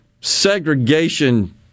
segregation